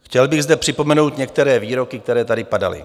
Chtěl bych zde připomenout některé výroky, které tady padaly.